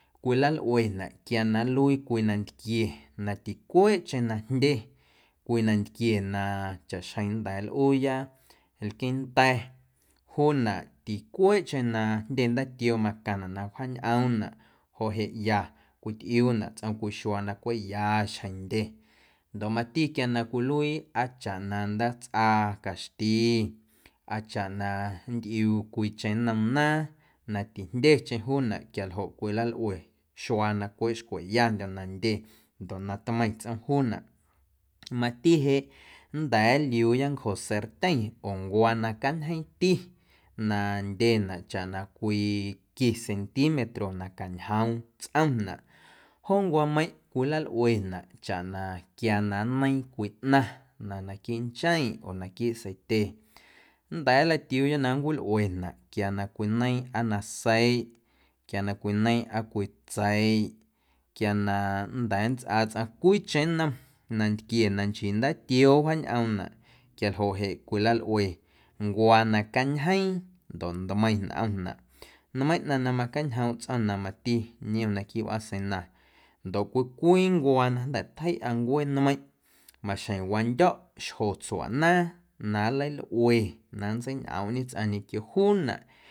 Cwilalꞌuenaꞌ quia na nluii cwii nantquie na ticueeꞌcheⁿ na jndye cwii nantquie na chaꞌxjeⁿ nnda̱a̱ nlꞌuuya lqueeⁿnda̱ juunaꞌ ticueeꞌcheⁿ na jndye ndaatioo macaⁿnaꞌ na wjaañꞌoomnaꞌ joꞌ jeꞌ ya cwitꞌiuunaꞌ tsꞌom cwii xuaa na cweꞌ ya xjeⁿ ndye ndoꞌ quia na cwiluii aa chaꞌ na ndaatsꞌa caxti aa chaꞌ na nntꞌiuu cwiicheⁿ nnom naaⁿ na tijndyecheⁿ juunaꞌ quialjoꞌ cwilalꞌue xuaa na cweꞌ xcweyandyo̱ na ndye ndoꞌ na tmeiⁿ tsꞌom juunaꞌ. Mati jeꞌ nnda̱a̱ nliuuya ncjo sartyeⁿ oo ncuaa na cañjeeⁿti na ndyenaꞌ chaꞌ na cwii qui centímetro na cañjoom tsꞌomnaꞌ joo ncuaameiⁿꞌ cwilalꞌuenaꞌ chaꞌ na quia na nneiiⁿ cwii ꞌnaⁿ na naquiiꞌ ncheⁿꞌ oo naquiiꞌ seitye nnda̱a̱ nlatiuuya na nncwilꞌuena quia na cwineiiⁿ aa na seiꞌ, quia na cwineiiⁿ aa na tseiꞌ quia na nnda̱a̱ nntsꞌaa tsꞌaⁿ cwiicheⁿ nnom nantquie na nchii ndatioo wjaañꞌomnaꞌ quialjoꞌ jeꞌ cwilalꞌue ncuaa na cañjeeⁿ ndoꞌ ntmeiⁿ nꞌomnaꞌ nmeiⁿ ꞌnaⁿ na macañjoomꞌ tsꞌo̱ⁿ na mati niom na quiiꞌ wꞌaaseina ndoꞌ cwii cwii ncuaa na jnda̱ tjeiꞌa ncueenmeiⁿꞌ maxjeⁿ wandyo̱ꞌ xjotsuaꞌnaaⁿ na nleilꞌue na nntseiñꞌoomꞌñe tsꞌaⁿ ñequio juunaꞌ.